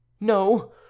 No